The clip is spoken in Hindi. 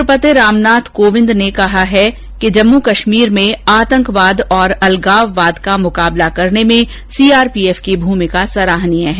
राष्ट्रपति ने कहा कि जम्मू कश्मीर में आतंकवाद और अलगाववाद का मुकाबला करने में सीआरपीएफ की भूमिका सराहनीय है